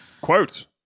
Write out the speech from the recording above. Quote